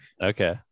Okay